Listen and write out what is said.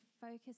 focus